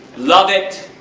love it!